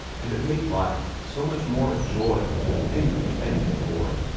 and it made life so much more a joy and a thing to be thankful for.